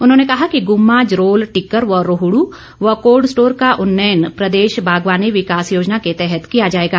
उन्होंने कहा कि गुम्मा जरोल टिक्कर व रोहडू व कोल्ड स्टोर का उन्नयन प्रदेश बागवानी विकास योजना के तहत किया जाएगा